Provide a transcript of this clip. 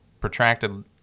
protracted